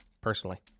Personally